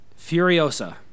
Furiosa